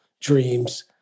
dreams